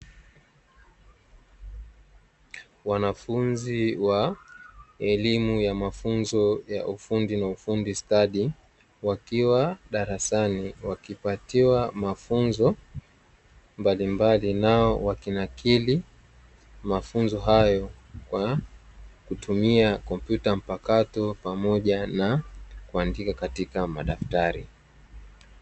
Wanafunzi wa elimu ya mafunzo ya mafunzo ufundi stadi, wakiwa darasani wakipatiwa mafunzo mbalimbali, nao wakinakili mafunzo hayo kwa kutumia kompyuta mpakato pamoja na kuandika katika madaftari.